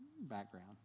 Background